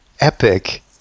epic